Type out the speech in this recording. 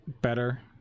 Better